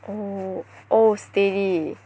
oh oh steady